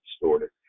distorted